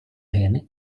гине